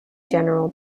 general